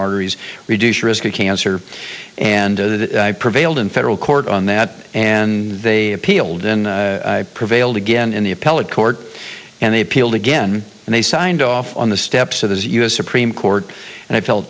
arteries reduce risk of cancer and i prevailed in federal court on that and they appealed and i prevailed again in the appellate court and they appealed again and they signed off on the steps of the u s supreme court and i felt